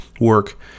work